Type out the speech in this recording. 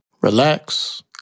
relax